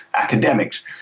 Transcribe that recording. academics